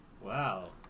Wow